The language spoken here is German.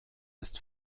ist